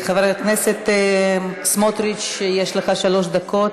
חבר הכנסת סמוטריץ, יש לך שלוש דקות.